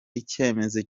icyemezo